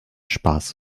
spaß